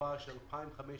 קופה של 2,500